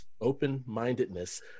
open-mindedness